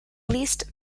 leased